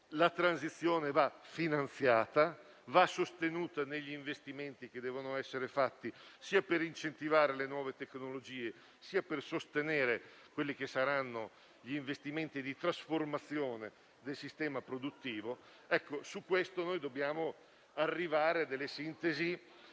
la transizione va finanziata e sostenuta negli investimenti che devono essere fatti sia per incentivare le nuove tecnologie sia per sostenere gli investimenti di trasformazione del sistema produttivo. Sul punto dobbiamo arrivare a delle sintesi